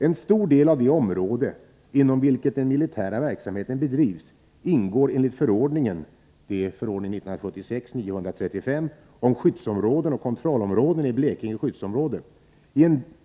En stor del av det område inom vilket den militära verksamheten bedrivs ingår enligt förordningen om skyddsområden och kontrollområden i Blekinge skyddsområde.